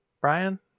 Brian